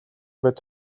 бид